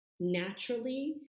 Naturally